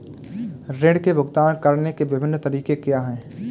ऋृण के भुगतान करने के विभिन्न तरीके क्या हैं?